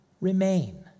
remain